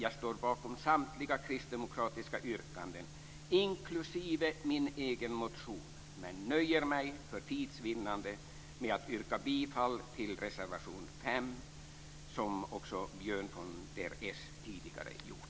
Jag står bakom samtliga kristdemokratiska yrkanden, inklusive min egen motion, men nöjer mig för tids vinnande med att yrka bifall till reservation 5, som också Björn von der Esch tidigare gjort.